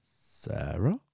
Sarah